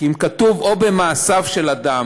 כי אם כתוב "או במעשיו של אדם",